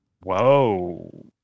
Whoa